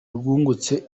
rwungutse